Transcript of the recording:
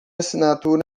assinatura